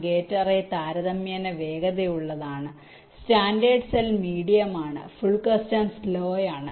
gate array താരതമ്യേന വേഗതയുള്ളതാണ് standard cell medium ആണ് ഫുൾ കസ്റ്റം സ്ലോ ആണ്